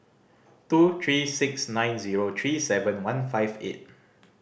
two three six nine zero three seven one five eight